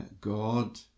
God